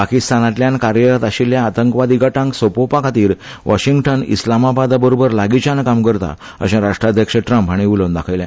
पाकिस्तानातल्यान कार्यरत आशिल्ल्या आतंकवादी गटांक सोपोवपा खातीर वॉशिंगटन इस्लामाबादा बरोबर लागीच्यान काम करता अशें राष्ट्राध्यक्ष ट्रम्प हाणी उलोवन दाखयले